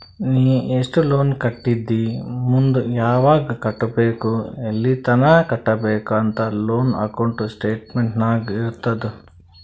ನೀ ಎಸ್ಟ್ ಲೋನ್ ಕಟ್ಟಿದಿ ಮುಂದ್ ಯಾವಗ್ ಕಟ್ಟಬೇಕ್ ಎಲ್ಲಿತನ ಕಟ್ಟಬೇಕ ಅಂತ್ ಲೋನ್ ಅಕೌಂಟ್ ಸ್ಟೇಟ್ಮೆಂಟ್ ನಾಗ್ ಇರ್ತುದ್